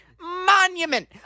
monument